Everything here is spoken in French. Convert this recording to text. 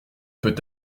peut